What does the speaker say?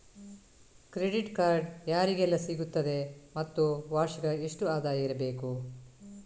Credit card ಯಾರಿಗೆಲ್ಲ ಸಿಗುತ್ತದೆ ಮತ್ತು ವಾರ್ಷಿಕ ಎಷ್ಟು ಆದಾಯ ಇರಬೇಕು?